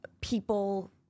people